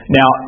now